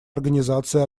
организации